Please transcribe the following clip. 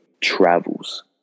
travels